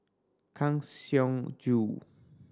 Kang Siong Joo